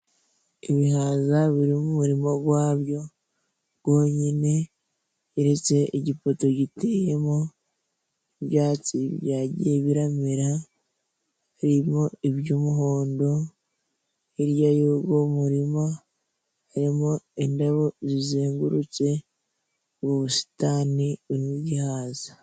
Ibihaza biri mu murima gwabyo gonyine keretse igipoto giteyemo, ibyatsi byagiye biramera harimo iby'umuhondo, hirya y'ugo murima harimo indabo zizengurutse mu busitani bw'igihaza.